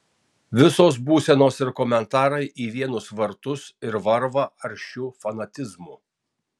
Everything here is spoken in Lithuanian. visos būsenos ir komentarai į vienus vartus ir varva aršiu fanatizmu